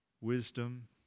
wisdom